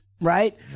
right